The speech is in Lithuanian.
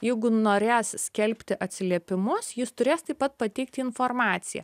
jeigu norės skelbti atsiliepimus jis turės taip pat pateikti informaciją